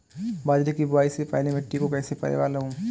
बाजरे की बुआई से पहले मिट्टी को कैसे पलेवा करूं?